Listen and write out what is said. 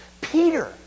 Peter